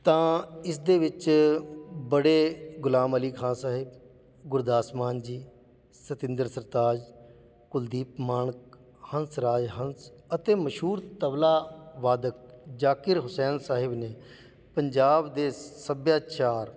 ਤਾਂ ਇਸ ਦੇ ਵਿੱਚ ਬੜੇ ਗੁਲਾਮ ਅਲੀ ਖਾਂ ਸਾਹਿਬ ਗੁਰਦਾਸ ਮਾਨ ਜੀ ਸਤਿੰਦਰ ਸਰਤਾਜ ਕੁਲਦੀਪ ਮਾਣਕ ਹੰਸਰਾਜ ਹੰਸ ਅਤੇ ਮਸ਼ਹੂਰ ਤਬਲਾ ਵਾਦਕ ਜ਼ਾਕਿਰ ਹੁਸੈਨ ਸਾਹਿਬ ਨੇ ਪੰਜਾਬ ਦੇ ਸੱਭਿਆਚਾਰ